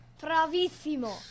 Bravissimo